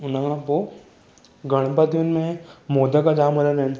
उन खां पोइ गणपतियुनि में मोदक जाम हलंदा आहिनि